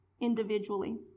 individually